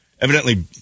Evidently